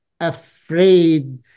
afraid